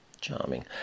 Charming